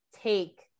take